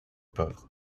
pauvres